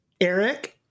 Eric